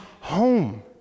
home